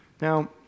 Now